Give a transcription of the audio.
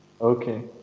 Okay